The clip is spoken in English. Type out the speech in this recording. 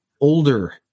older